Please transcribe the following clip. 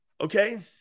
Okay